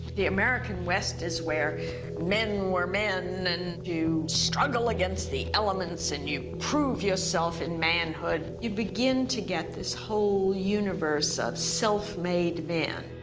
the american west is where men were men and you struggle against the elements and you prove yourself in manhood. you begin to get this whole universe of self-made men.